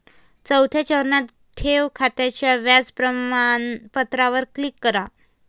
चौथ्या चरणात, ठेव खात्याच्या व्याज प्रमाणपत्रावर क्लिक करा